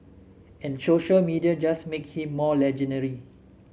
and social media just make him more legendary